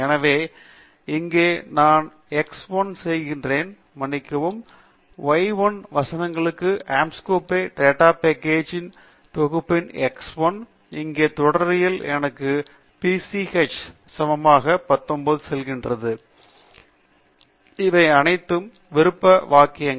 எனவே இங்கே நான் x 1 செய்கிறேன் மன்னிக்கவும் y 1 வசனங்களும் ஆஸ்கோம்பே டேட்டா பேக்கேஜ் ன் தொகுப்பின் x 1 இங்கே தொடரியல் எனக்கு பிசிஹ சமமாக 19 சொல்கிறது இவை அனைத்து விருப்ப வாக்கியங்கள்